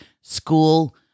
school